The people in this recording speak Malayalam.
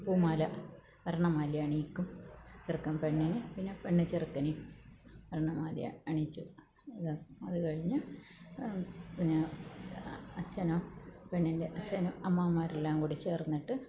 പൂമാല വരണമാലയണിയിക്കും ചെറുക്കൻ പെണ്ണിന് പിന്നെ പെണ്ണ് ചെറുക്കന് വരണമാല അണിയിച്ച് അതുകഴിഞ്ഞ് പിന്നെ അച്ഛനോ പെണ്ണിൻ്റെ അച്ഛനോ അമ്മാമന്മാരെല്ലാം കൂടി ചേർന്നിട്ട്